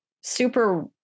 super